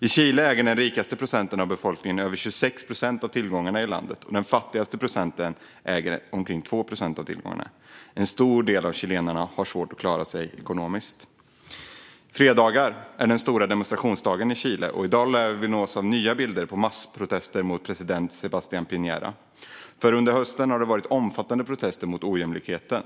I Chile äger den rikaste procenten av befolkningen över 26 procent av tillgångarna i landet, och den fattigaste procenten äger omkring 2 procent av tillgångarna. En stor del av chilenarna har svårt att klara sig ekonomiskt. Fredagar är den stora demonstrationsdagen i Chile, och i dag lär vi nås av nya bilder på massprotester mot president Sebastián Piñera. För under hösten har det varit omfattande protester mot ojämlikheten.